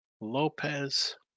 Lopez